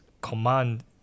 command